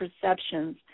perceptions